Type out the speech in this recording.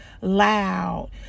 loud